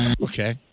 Okay